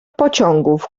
pociągów